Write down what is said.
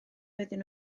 oeddwn